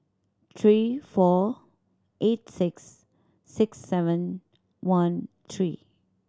three four eight six six seven one three